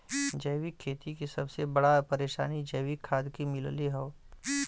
जैविक खेती के सबसे बड़ा परेशानी जैविक खाद के मिलले हौ